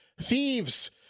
thieves